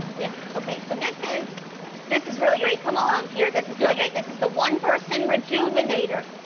yeah, okay. so this is this is really great. come along here. this is really great. this is the one-person rejuvenator.